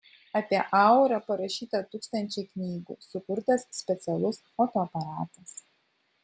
apie aurą parašyta tūkstančiai knygų sukurtas specialus fotoaparatas